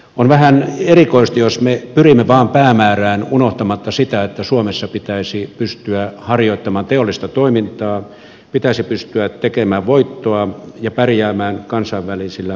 on vähän erikoista jos me pyrimme vain päämäärään unohtamalla sen että suomessa pitäisi pystyä harjoittamaan teollista toimintaa pitäisi pystyä tekemään voittoa ja pärjäämään kansainvälisillä markkinoilla